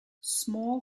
small